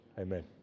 Amen